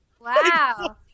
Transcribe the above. Wow